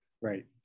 Right